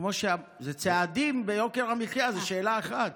זה צעדים ביוקר המחיה, זה שאלה אחת.